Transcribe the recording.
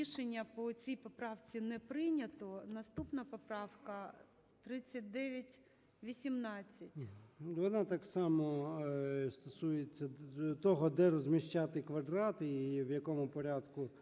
Рішення по цій поправці не прийнято. Наступна поправка - 3918. 12:48:50 ЧЕРНЕНКО О.М. Вона так само стосується того, де розміщати квадрат і в якому порядку